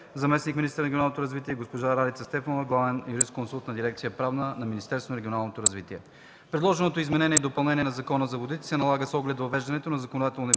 заместник-министър на регионалното развитие и госпожа Ралица Стефанова – главен юристконсулт в дирекция „Правна“ към Министерството на регионалното развитие. Предложеното изменение и допълнение на Закона за водите се налага с оглед въвеждане на законодателни промени,